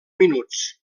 minuts